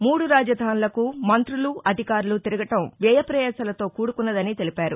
మూడు రాజధాసులకు మంత్రులు అధికారులు తిరగటం వ్యయ్పపయాసలతో కూడుకున్నదని తెలిపారు